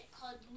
called